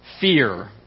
fear